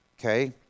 Okay